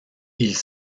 ils